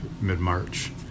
mid-March